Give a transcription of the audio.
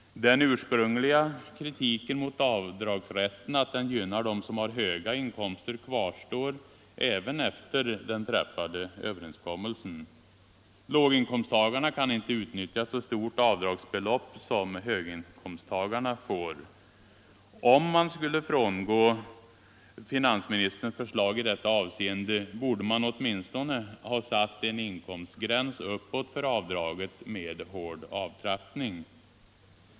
Den ursprungliga kritiken mot avdragsrätten, att denna gynnar dem som har höga inkomster, kvarstår även efter den träffade överenskommelsen. Låginkomsttagarna kan inte utnyttja så stort avdragsbelopp som höginkomsttagarna får göra. Om man skulle frångå finansministerns förslag i detta avseende, borde man åtminstone ha satt en inkomstgräns uppåt för avdraget med hård avtrappning.